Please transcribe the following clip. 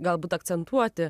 galbūt akcentuoti